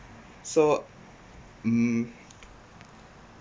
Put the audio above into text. so um